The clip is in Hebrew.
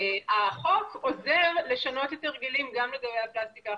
החוק עוזר לשנות את ההרגלים גם לגבי מוצרי הפלסטיק האחרים,